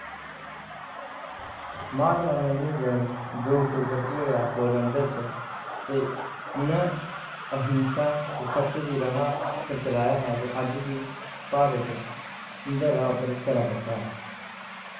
महात्मा गांधी दा जन्म दो अक्तूबर की होआ पोरबंदर च ते उनै अहिंसा ते सत्य दी राह् पर चलाया हा ते अज बी भारत उंदे राह् उप्पर गै चला करदा ऐ